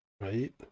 right